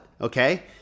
okay